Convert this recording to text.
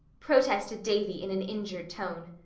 protested davy in an injured tone.